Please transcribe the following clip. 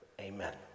Amen